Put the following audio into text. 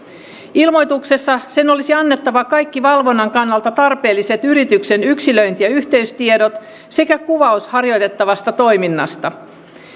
ilmoituksessa sen olisi annettava kaikki valvonnan kannalta tarpeelliset yrityksen yksilöinti ja yhteystiedot sekä kuvaus harjoitettavasta toiminnasta